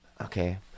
okay